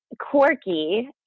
quirky